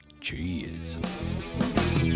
Cheers